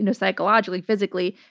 and psychologically, physically,